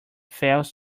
fails